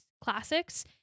classics